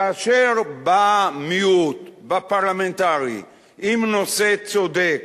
כאשר בא מיעוט פרלמנטרי עם נושא צודק,